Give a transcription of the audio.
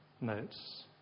notes